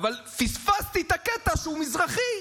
פספסתי את הקטע שהוא מזרחי.